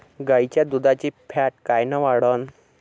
गाईच्या दुधाची फॅट कायन वाढन?